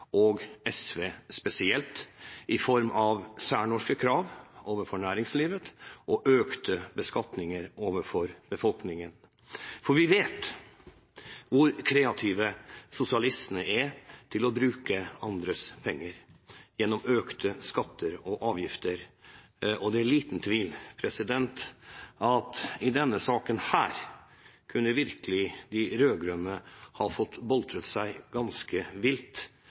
og SV spesielt, i form av særnorske krav overfor næringslivet og økte beskatninger overfor befolkningen. Vi vet hvor kreative sosialistene er når det gjelder å bruke andres penger gjennom økte skatter og avgifter. I denne saken er det liten tvil om at de rød-grønne virkelig kunne ha boltret seg ganske vilt